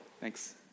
Thanks